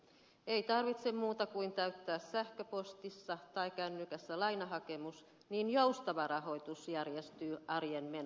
ei tarvitse muuta kuin täyttää sähköpostissa tai kännykässä lainahakemus niin joustava rahoitus järjestyy arjen menoihin